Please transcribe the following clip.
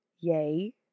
Yay